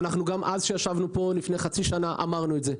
גם כשישבנו פה לפני חצי שנה אמרנו את זה.